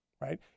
right